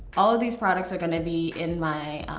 all of these products are gonna be in my